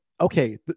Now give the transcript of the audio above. okay